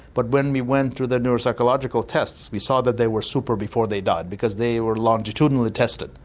but when we went to the neuropsychological tests we saw that they were super before they died because they were longitudinally tested.